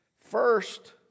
First